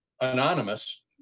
anonymous